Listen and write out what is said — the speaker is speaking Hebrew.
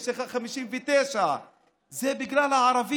יש לך 59. זה בגלל הערבים,